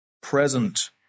present